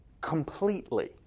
completely